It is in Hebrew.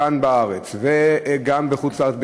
כאן בארץ וגם בחוץ-לארץ,